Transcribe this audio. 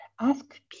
Ask